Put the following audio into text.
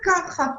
ככה,